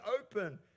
open